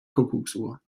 kuckucksuhr